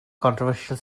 controversial